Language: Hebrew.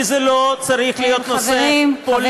כי זה לא צריך להיות נושא פוליטי.